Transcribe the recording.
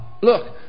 look